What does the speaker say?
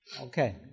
Okay